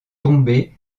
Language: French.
tombés